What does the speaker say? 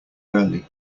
early